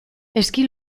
ezki